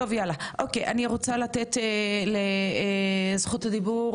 אוקי, אני רוצה לתת את זכות הדיבור